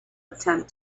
attempt